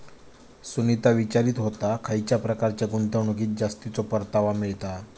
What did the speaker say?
सुनीता विचारीत होता, खयच्या प्रकारच्या गुंतवणुकीत जास्तीचो परतावा मिळता?